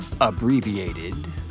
abbreviated